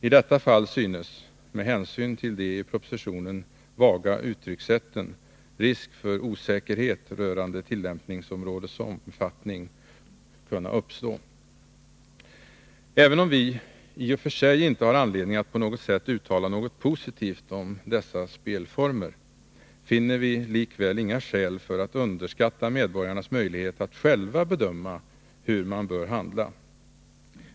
I detta fall synes — med hänsyn till de i propositionen vaga uttryckssätten — risk för osäkerhet rörande tillämpningsområdets omfattning kunna uppstå. Även om vi i och för sig inte har anledning att på något sätt uttala något positivt om dessa spelformer, finner vi likväl inga skäl för att underskatta medborgarnas möjlighet att själva bedöma hur man bör handla.